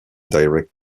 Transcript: direct